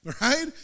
Right